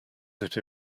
that